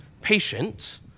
patient